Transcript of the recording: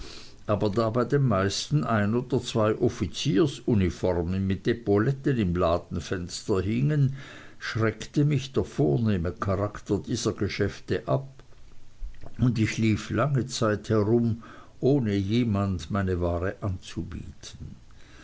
aber da bei den meisten ein oder zwei offiziersuniformen mit epauletten im ladenfenster hingen schreckte mich der vornehme charakter dieser geschäfte ab und ich lief lange zeit herum ohne jemand meine ware anzubieten